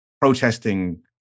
protesting